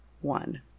one